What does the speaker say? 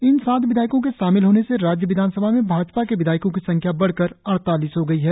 इन सात विधायको के शामिल होने से राज्य विधानसभा में भाजपा के विधायको की संख्या बढ़कर अड़तालीस हो गई है